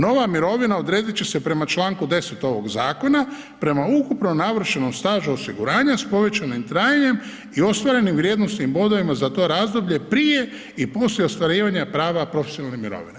Nova mirovina odredit će se prema čl. 10. ovog zakona, prema ukupno navršenom stažu osiguranja s povećanim trajanjem i ostvarenim vrijednosnim bodovima za to razdoblje prije i poslije ostvarivanja prava profesionalne mirovine.